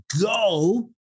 go